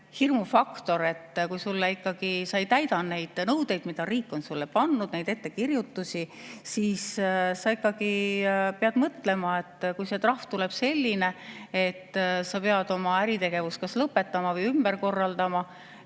hirmufaktor, et kui sa ikkagi ei täida neid nõudeid, mida riik on sulle pannud, neid ettekirjutusi, siis sa ikkagi pead mõtlema, et kui see trahv tuleb selline, siis sa pead oma äritegevuse kas lõpetama või ümber korraldama,